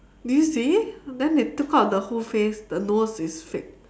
do you see then they took out the whole face the nose is fake